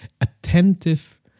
attentive